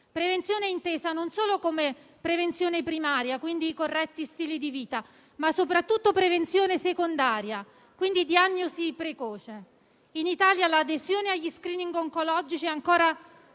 malattie, intesa non solo come prevenzione primaria (corretti stili di vita), ma soprattutto come prevenzione secondaria (diagnosi precoce). In Italia l'adesione agli *screening* oncologici è ancora